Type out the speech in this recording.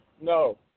No